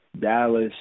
Dallas